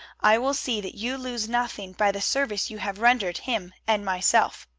i will see that you lose nothing by the service you have rendered him and myself.